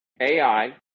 AI